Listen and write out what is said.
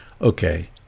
okay